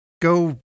Go